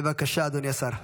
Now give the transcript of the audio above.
בבקשה, אדוני השר.